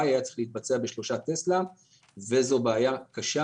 היה צריך להתבצע ב-3 טסלה וזו בעיה קשה.